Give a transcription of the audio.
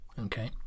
okay